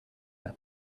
them